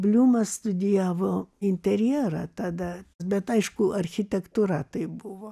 bliumas studijavo interjerą tada bet aišku architektūra tai buvo